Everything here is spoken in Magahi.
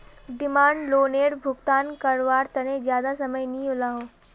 डिमांड लोअनेर भुगतान कारवार तने ज्यादा समय नि इलोह